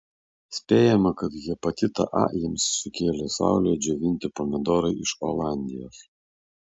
spėjama kad hepatitą a jiems sukėlė saulėje džiovinti pomidorai iš olandijos